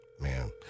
Man